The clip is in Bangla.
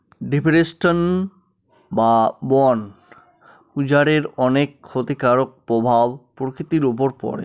ডিফরেস্টেশন বা বন উজাড়ের অনেক ক্ষতিকারক প্রভাব প্রকৃতির উপর পড়ে